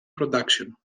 production